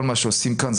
כל מה שעושים כאן,